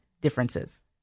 differences